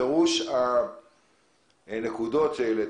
הנקודות שהעלית,